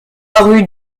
rue